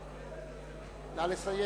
נא לסיים.